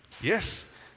Yes